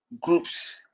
groups